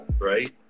right